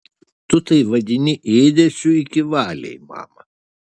tu tai vadini ėdesiu iki valiai mama